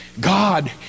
God